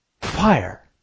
Fire